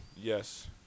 Yes